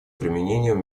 применением